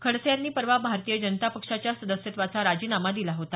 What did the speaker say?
खडसे यांनी परवा भारतीय जनता पक्षाच्या सदस्यत्वाचा राजीनामा दिला होता